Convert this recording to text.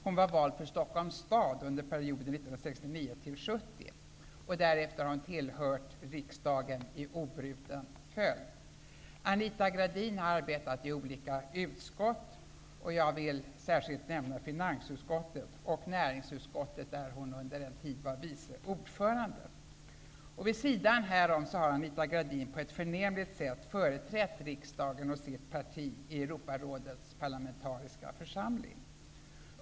Hon var vald för Därefter har hon tillhört riksdagen i obruten följd. Anita Gradin har arbetat i olika utskott. Jag vill särskilt nämna finansutskottet och näringsutskottet, där hon under en tid var vice ordförande. Vid sidan härav har Anita Gradin på ett förnämligt sätt företrätt riksdagen och sitt parti i Europarådets parlamentariska församling.